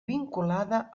vinculada